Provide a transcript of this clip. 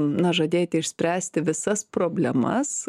na žadėti išspręsti visas problemas